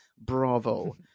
bravo